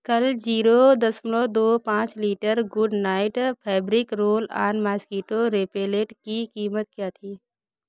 कल जीरो दशमलव दो पाँच litre Good Knight fabric roll on mosquito repellent की कीमत क्या थी